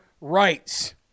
rights